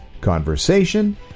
conversation